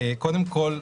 קודם כל,